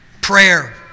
Prayer